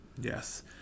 yes